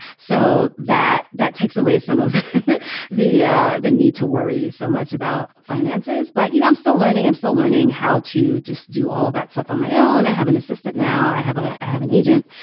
so that that takes away some of the ah the need to worry so much about finances. but, you know, i'm still learning i'm still learning how to just do all of that stuff on my own. i have an assistant now. i have a i have an agent.